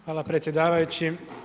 Hvala predsjedavajući.